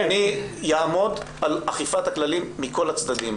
אני אעמוד על אכיפת הכללים מכל הצדדים,